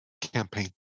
campaign